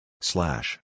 Slash